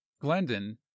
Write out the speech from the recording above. Glendon